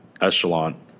echelon